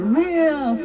real